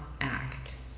act